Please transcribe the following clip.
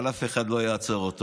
אבל אף אחד לא יעצור אותו.